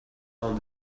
own